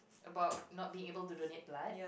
about not being able to donate blood